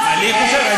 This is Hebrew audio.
אני חושב,